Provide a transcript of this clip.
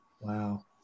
Wow